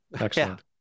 Excellent